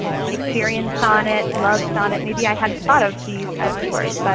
shakespearean sonnet, love sonnet, maybe i hadn't thought of these as keywords, but